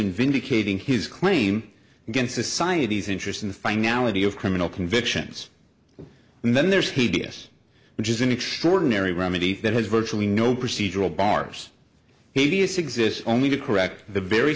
in vindicating his claim against society's interest in the finality of criminal convictions and then there's t d s which is an extraordinary remedy that has virtually no procedural bars he is exists only to correct the very